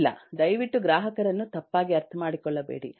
ಇಲ್ಲ ದಯವಿಟ್ಟು ಗ್ರಾಹಕರನ್ನು ತಪ್ಪಾಗಿ ಅರ್ಥಮಾಡಿಕೊಳ್ಳಬೇಡಿ